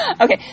okay